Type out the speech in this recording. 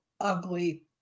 ugly